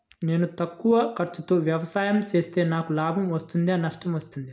నేను తక్కువ ఖర్చుతో వ్యవసాయం చేస్తే నాకు లాభం వస్తుందా నష్టం వస్తుందా?